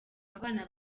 abana